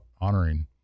honoring